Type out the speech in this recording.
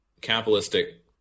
capitalistic